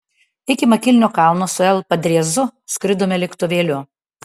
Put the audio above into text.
iki makinlio kalno su l padriezu skridome lėktuvėliu